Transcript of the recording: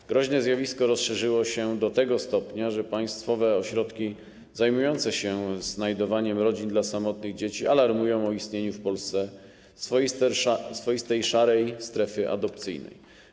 To groźne zjawisko rozszerzyło się do tego stopnia, że państwowe ośrodki zajmujące się znajdowaniem rodzin dla samotnych dzieci alarmują o istnieniu w Polsce swoistej szarej strefy adopcyjnej.